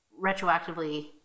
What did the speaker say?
retroactively